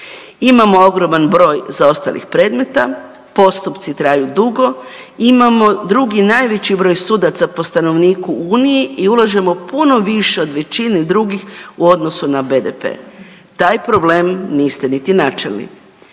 Imamo ogromni broj zaostalih predmeta, postupci traju dugo, imamo drugi najveći broj sudaca po stanovniku u Uniji i ulažemo puno više od većine drugih u odnosu na BDP. Taj problem niste niti načeli.